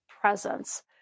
presence